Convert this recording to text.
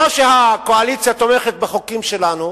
לא שהקואליציה תומכת בחוקים שלנו.